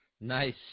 Nice